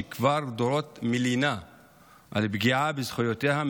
שכבר דורות מלינה על פגיעה בזכויותיה,